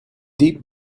deep